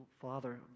father